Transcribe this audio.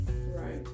Right